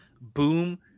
boom